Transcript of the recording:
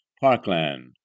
Parkland